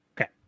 Okay